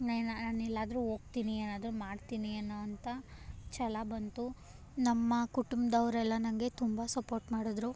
ನಾನು ನಾನೆಲ್ಲಾದರೂ ಹೋಗ್ತಿನಿ ಏನಾದರೂ ಮಾಡ್ತೀನಿ ಅನ್ನೋವಂಥ ಛಲ ಬಂತು ನಮ್ಮ ಕುಟುಂಬದವ್ರೆಲ್ಲ ನನಗೆ ತುಂಬ ಸಪೋರ್ಟ್ ಮಾಡಿದ್ರು